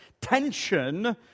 tension